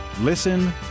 Listen